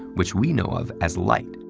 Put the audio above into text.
which we know of as light,